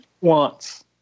wants